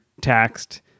taxed